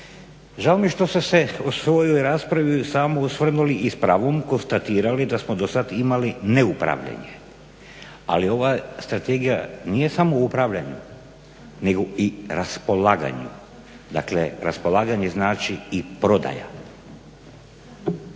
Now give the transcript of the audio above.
samo osvrnuli i s pravom konstatirali da smo do sada imali neupravljanje ali ova strategija nije samo upravljanje nego i raspolaganje. Dakle, raspolaganje znači i prodaja.